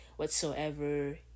Whatsoever